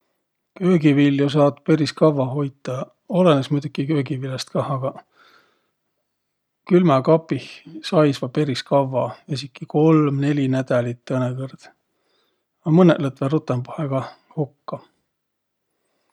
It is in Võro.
Köögiviljo saat peris kavva hoitaq. Olõnõs muidoki köögiviläst kah, agaq külmäkapih saisvaq peris kavva, esiki kolm-neli ndälit tõõnõkõrd. No mõnõq lätväq rutõmbahe kah hukka.